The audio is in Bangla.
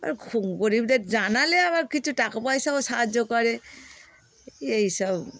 আর খো গরীবদের জানালে আবার কিছু টাকা পয়সাও সাহায্য করে এই সব